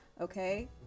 Okay